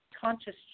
conscious